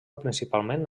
principalment